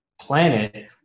planet